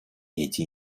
эти